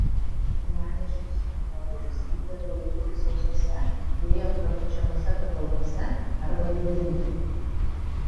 neaižytus kankorėžius reikėtų laikyti sausose vėjo prapučiamose patalpose arba vėdinti